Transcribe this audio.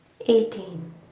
eighteen